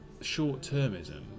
short-termism